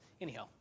Anyhow